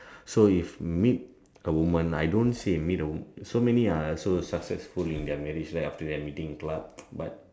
so if meet a woman I don't say meet a so many are so successful in their marriage right after meeting in club but